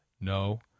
No